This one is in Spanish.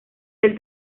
del